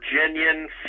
Virginian